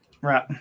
Right